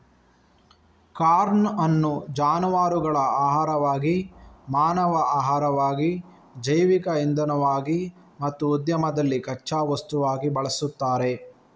corn ಅನ್ನು ಜಾನುವಾರುಗಳ ಆಹಾರವಾಗಿ, ಮಾನವ ಆಹಾರವಾಗಿ, ಜೈವಿಕ ಇಂಧನವಾಗಿ ಮತ್ತು ಉದ್ಯಮದಲ್ಲಿ ಕಚ್ಚಾ ವಸ್ತುವಾಗಿ ಬಳಸ್ತಾರೆ